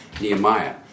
Nehemiah